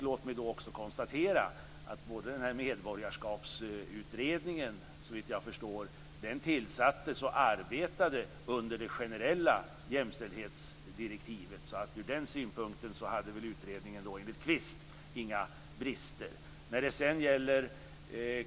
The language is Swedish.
Låt mig också konstatera att medborgarskapsutredningen tillsattes och arbetade under det generella jämställdhetsdirektivet. Ur den synpunkten fanns det väl, enligt Kvist, inte några brister.